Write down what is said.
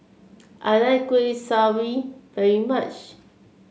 I like Kuih Kaswi very much